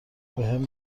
بهم